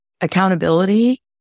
accountability